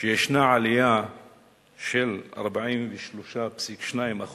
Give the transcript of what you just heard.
שישנה עלייה של 43.2%